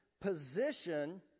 position